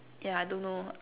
ya I don't know